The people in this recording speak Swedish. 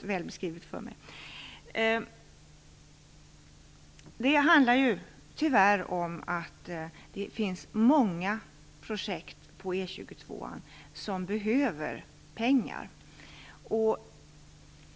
väl beskrivna för mig. Det handlar tyvärr om att det finns många projekt på E 22:an som behöver pengar.